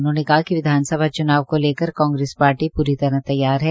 उन्होंने कहा कि विधानसभा चुनाव को लेकर कांग्रेस पार्टी पूरी तरह तैयार है